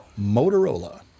Motorola